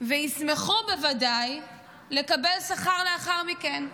וישמחו בוודאי לקבל שכר לאחר מכן.